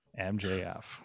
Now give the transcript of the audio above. MJF